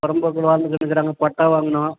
புறம்போக்குல வாழ்ந்துக்கின்னு இருக்குறாங்க பட்டா வாங்கணும்